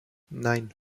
nein